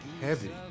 heavy